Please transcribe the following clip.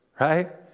right